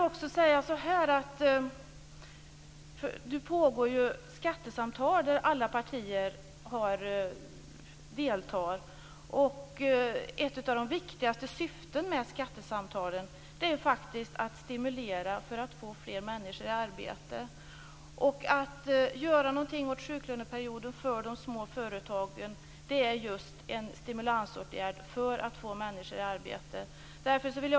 Det pågår skattesamtal där alla partier deltar. Ett av de viktigaste syftena med skattesamtalen är faktiskt att stimulera för att få fler människor i arbete. Att göra någonting åt sjuklöneperioden för de små företagen är en stimulansåtgärd för att få människor i arbete.